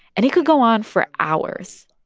and he could go on for hours.